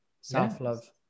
self-love